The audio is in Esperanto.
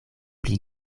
pli